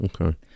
okay